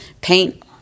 paint